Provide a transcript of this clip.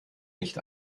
nicht